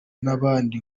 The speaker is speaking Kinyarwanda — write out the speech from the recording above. n’abandi